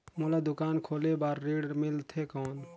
मोला दुकान खोले बार ऋण मिलथे कौन?